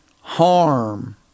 harm